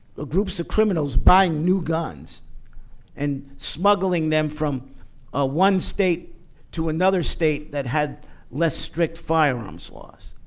ah groups of criminals buying new guns and smuggling them from ah one state to another state that had less strict firearms laws.